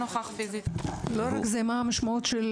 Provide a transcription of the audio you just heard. מה המשמעות של